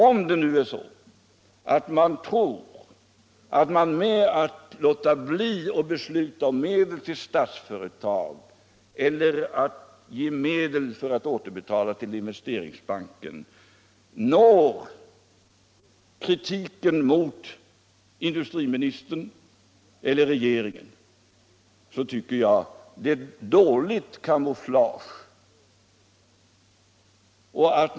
Om man nu genom att låta bli att besluta om medel till Statsföretag och Investeringsbanken uppnår syftet att kritisera industriministern eller regeringen, så tycker jag det är dåligt camouflage.